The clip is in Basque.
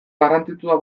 garrantzitsua